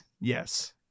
yes